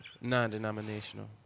Non-denominational